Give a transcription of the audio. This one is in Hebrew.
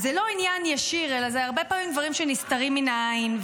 אז זה לא עניין ישיר אלא זה הרבה פעמים דברים שנסתרים מן העין.